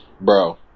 Bro